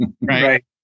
Right